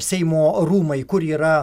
seimo rūmai kur yra